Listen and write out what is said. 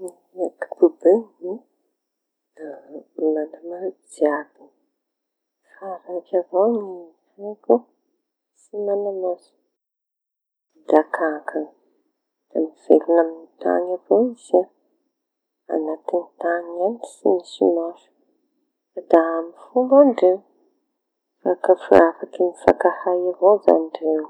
Amin'ny ankapobeny da mana maso jiaby fa raiky avao ny haiko tsy mana maso da kankana. Da miveloña amy tañy avao izy añaty tañy añy tsy misy maso. Da amy fomba ndreo fa afaky mifankahay avao zañy reo.